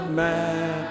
man